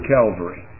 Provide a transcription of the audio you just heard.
Calvary